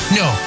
no